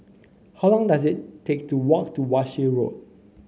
how long does it take to walk to Walsh Road